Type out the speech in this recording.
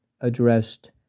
addressed